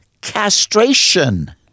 castration